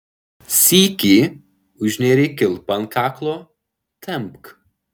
sykį užnėrei kilpą ant kaklo tempk